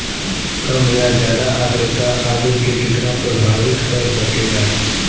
कम या ज्यादा आद्रता आलू के कितना प्रभावित कर सकेला?